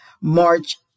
March